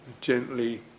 gently